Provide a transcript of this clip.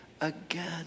again